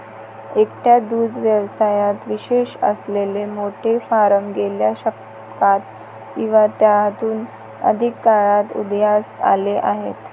एकट्या दुग्ध व्यवसायात विशेष असलेले मोठे फार्म गेल्या शतकात किंवा त्याहून अधिक काळात उदयास आले आहेत